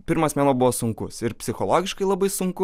pirmas mėnuo buvo sunkus ir psichologiškai labai sunku